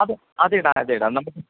അത് അതിടാം അതിടാം നമുക്ക്